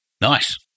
Nice